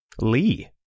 Lee